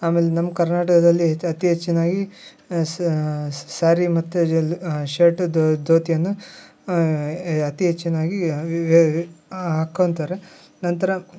ಆಮೇಲೆ ನಮ್ಮ ಕರ್ನಾಟಕದಲ್ಲಿ ಹೆಚ್ ಅತಿ ಹೆಚ್ಚಿನ್ದಾಗಿ ಸಾರಿ ಮತ್ತು ಶರ್ಟು ಧೋತಿಯನ್ನು ಅತಿ ಹೆಚ್ಚಿನ್ದಾಗಿ ಹಾಕೊಂತಾರೆ ನಂತರ